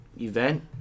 event